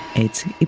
eighty